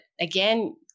again